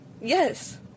Yes